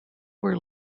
were